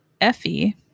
Effie